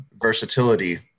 versatility